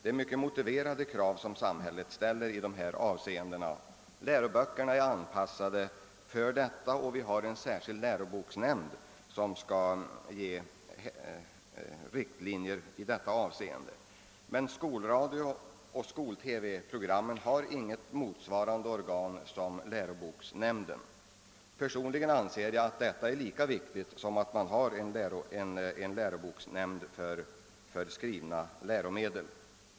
Samhällets krav i dessa avseenden är emellertid starkt motiverade. Läroböckerna är anpassade härtill, och vi har en särskild läroboksnämnd som skall granska undervisningsmaterialet. Men för skolprogrammen i radio och TV finns inget organ som motsvarar läroboksnämnden. Personligen anser jag att ett sådant organ är lika viktigt för skolprogrammen i radio och TV som läroboksnämnden för skrivna läromedel.